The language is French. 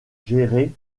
géré